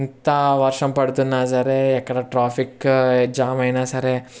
ఇంత వర్షం పడుతున్నా సరే ఎక్కడ ట్రాఫిక్ జామ్ అయినా సరే